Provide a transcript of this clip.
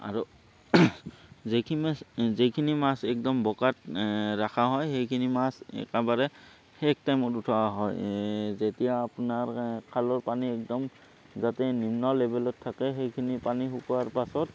আৰু যেইখিনি মাছ যেইখিনি মাছ একদম বোকাত ৰাখা হয় সেইখিনি মাছ একেবাৰে শেষ টাইমত উঠোৱা হয় যেতিয়া আপোনাৰ খালৰ পানী একদম যাতে নিম্ন লেভেলত থাকে সেইখিনি পানী শুকোৱাৰ পাছত